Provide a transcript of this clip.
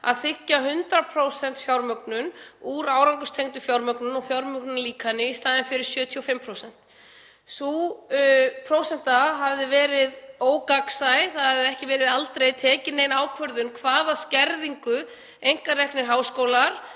að þiggja 100% fjármögnun úr árangurstengdu fjármögnuninni og fjármögnunarlíkani í staðinn fyrir 75%. Sú prósenta hafði verið ógagnsæ. Það hafði aldrei verið tekin nein ákvörðun um hvaða skerðingu einkareknir háskólar